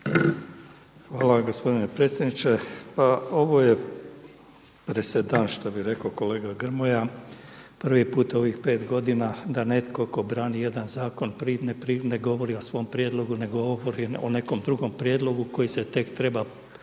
Hvala gospodine predsjedniče. Pa ovo je presedan što bi rekao kolega Grmoja. Prvi puta u ovih pet godina da netko tko brani jedan zakon ne govori o svom prijedlogu, nego govori o nekom drugom prijedlogu koji se tek treba